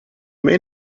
may